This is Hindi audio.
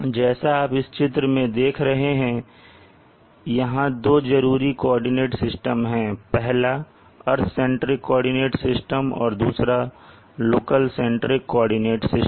जैसा आप इस चित्र में देख रहे हैं यहां दो जरूरी कोऑर्डिनेट सिस्टम है पहला अर्थ सेंट्रिक कोऑर्डिनेट सिस्टम और दूसरा लोकल सेंट्रिक कोऑर्डिनेट सिस्टम